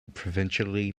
provincially